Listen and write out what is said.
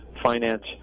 finance